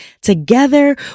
Together